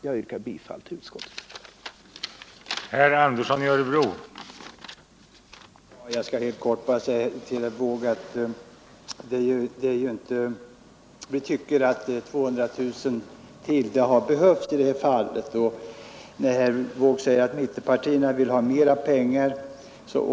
Jag yrkar bifall till utskottets hemställan.